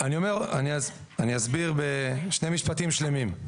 אני אסביר בשני משפטים שלמים.